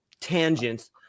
tangents